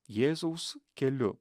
jėzaus keliu